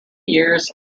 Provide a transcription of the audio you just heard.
years